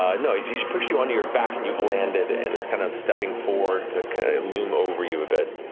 ah no, he just pushed you onto your back and you've landed and is kind of stepping forward to loom over you a bit.